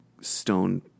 stone